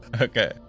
Okay